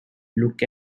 look